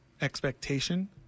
Expectation